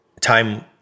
time